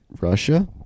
Russia